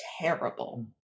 terrible